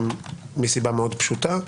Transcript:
מסיבה מאוד פשוטה,